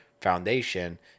foundation